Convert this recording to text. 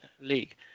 League